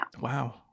Wow